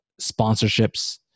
sponsorships